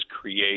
create